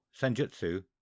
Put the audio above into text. Senjutsu